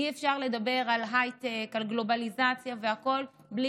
אי-אפשר לדבר על הייטק ועל גלובליזציה והכול בלי